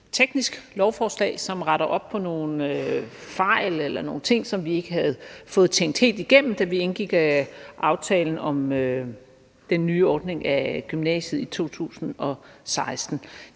teknisk lovforslag, som retter op på nogle fejl eller nogle ting, som vi ikke havde fået tænkt helt igennem, da vi indgik aftalen om den nye ordning for gymnasiet i 2016.